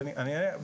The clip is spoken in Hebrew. אני אענה,